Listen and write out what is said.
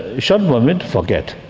ah short moment, forget.